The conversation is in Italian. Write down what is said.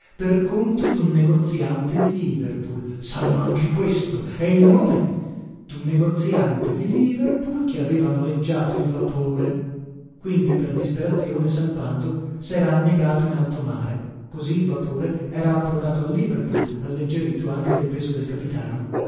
per conto dun negoziante di liverpool sanno anche questo e il nome dun negoziante di liverpool che aveva noleggiato il vapore quindi per disperazione salpando sera annegato in alto mare così il vapore era approdato a liverpool alleggerito anche del peso del capitano